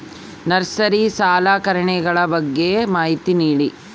Nursery ಸಲಕರಣೆಗಳ ಬಗ್ಗೆ ಮಾಹಿತಿ ನೇಡಿ?